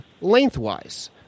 lengthwise